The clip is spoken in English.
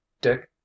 Dick